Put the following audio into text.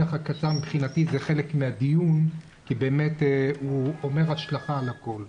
ומבחינתי זה חלק מן הדיון כי יש לו השלכה על הכול.